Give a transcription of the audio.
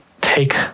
take